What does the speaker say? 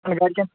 گرِکٮ۪ن